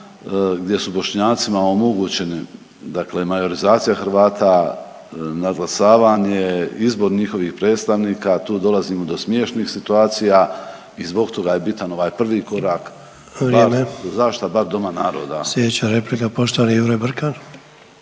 gdje su Bošnjacima omogućene dakle majorizacija Hrvata, nadglasavanje, izbori njihovih predstavnika tu dolazimo do smiješnih situacija i zbog toga je bitan ovaj prvi korak bar …/Upadica: Vrijeme./… zaštita bar doma